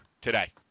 today